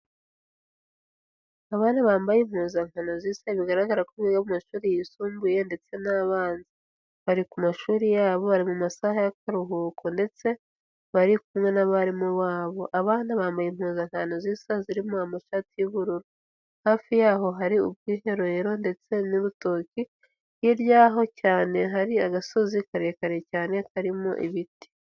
Abari bambaye impuzankano zisa bigaragara ko biga bo mu mashuri yisumbuye ndetse n'abanza, bari ku mashuri yabo bari mu masaha y'akaruhuko ndetse bari kumwe n'abarimu babo, abana bambaye impuzankano zisa zirimo amashati y'ubururu, hafi yaho hari ubwiherero ndetse n'urutoki, hirya yaho cyane hari agasozi karekare cyane karimo ibiti.